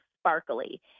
sparkly